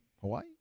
Hawaii